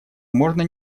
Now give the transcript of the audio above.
можно